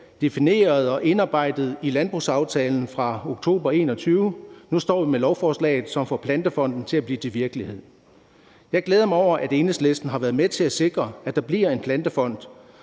defineret og indarbejdet i landbrugsaftalen fra oktober 2021. Nu står vi med lovforslaget, som får Plantefonden til at blive til virkelighed. Jeg glæder mig over, at Enhedslisten har været med til at sikre, at der bliver en Plantefond,